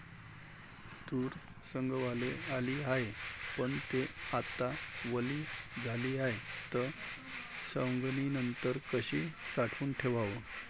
तूर सवंगाले आली हाये, पन थे आता वली झाली हाये, त सवंगनीनंतर कशी साठवून ठेवाव?